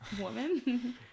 woman